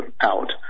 out